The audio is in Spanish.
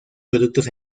productos